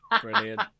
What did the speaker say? Brilliant